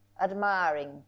admiring